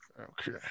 Okay